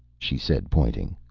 she said, pointing.